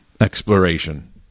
exploration